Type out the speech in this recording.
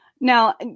Now